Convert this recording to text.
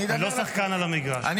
אני לא שחקן על המגרש כרגע.